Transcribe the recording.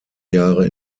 jahre